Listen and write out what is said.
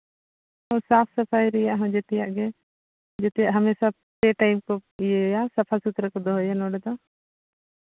ᱥᱟᱯ ᱥᱟᱯᱷᱟᱭ ᱨᱮᱭᱟᱜ ᱦᱚᱸ ᱡᱮᱛᱮᱭᱟᱜ ᱜᱮ ᱡᱮᱛᱮᱭᱟᱜ ᱯᱮ ᱴᱟᱭᱤᱢ ᱠᱚ ᱤᱭᱟᱹᱭᱟ ᱥᱟᱯᱷᱟ ᱥᱩᱛᱨᱚ ᱠᱚ ᱫᱚᱦᱚᱭᱟ ᱱᱚᱰᱮ ᱫᱚ